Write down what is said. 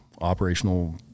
operational